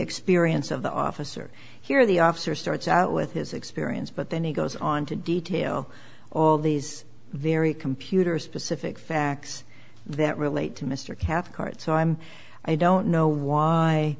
experience of the officer here the officer starts out with his experience but then he goes on to detail all these very computer specific facts that relate to mr cathcart so i'm i don't know why